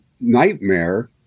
nightmare